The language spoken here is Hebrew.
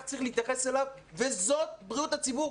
צריך להתייחס אליו וזאת בריאות הציבור,